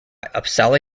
uppsala